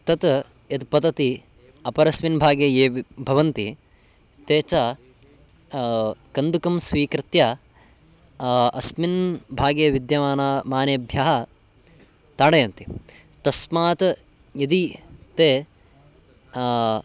तत् यत् पतति अपरस्मिन् भागे ये भवन्ति ते च कन्दुकं स्वीकृत्य अस्मिन् भागे विद्यमानेभ्यः ताडयन्ति तस्मात् यदि ते